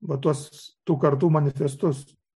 va tuos tų kartų manifestus